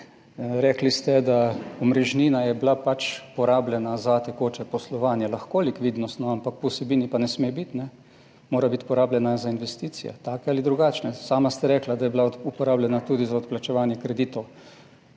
Rekli ste, da je bila omrežnina pač porabljena za tekoče poslovanje, lahko likvidnostno, ampak po vsebini pa ne sme biti, mora biti porabljena za investicije, take ali drugačne. Sami ste rekli, da je bila uporabljena tudi za odplačevanje kreditov.